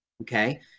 okay